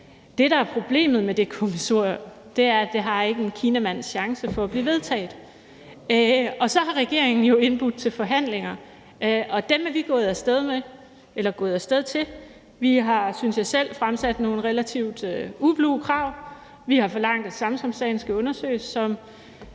Det, der er problemet med det kommissorie, er, at det ikke har en kinamands chance for at blive vedtaget. Så har regeringen jo indbudt til forhandlinger, og dem er vi gået af sted til, og vi har, synes jeg selv, fremsat nogle relativt ublu krav. Vi har forlangt, at Samsamsagen skal undersøges,